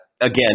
again